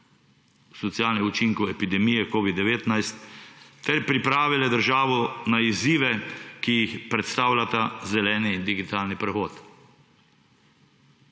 socialnih učinkov epidemije covida-19, ter pripravile državo na izzive, ki jih predstavljata zeleni in digitalni prehod.